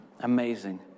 amazing